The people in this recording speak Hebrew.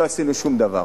לא עשינו שום דבר.